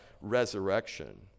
resurrection